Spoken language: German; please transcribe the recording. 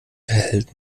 erhält